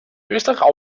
österreich